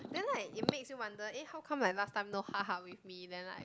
then like it makes you wonder eh how come like last time no hug hug with me then like